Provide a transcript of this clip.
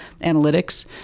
analytics